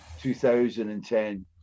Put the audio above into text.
2010